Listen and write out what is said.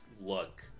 look